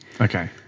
okay